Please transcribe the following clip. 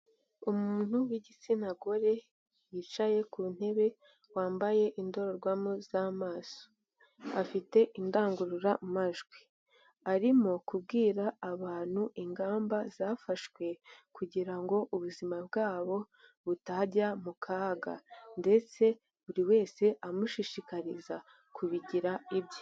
Umuntu w’igitsina gore yicaye ku ntebe, wambaye indorerwamo z’amaso, afite indangururamajwi arimo kubwira abantu ingamba zafashwe kugira ngo ubuzima bwabo butajya mu kaga, ndetse buri wese amushishikariza kubigira ibye.